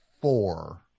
four